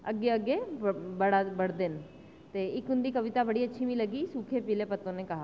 अग्गें अग्गें बढ़दे न इक्क उंदी कविता मिगी बड़ी अच्छी लग्गी की सूखे पीले पत्तों ने क्या कहा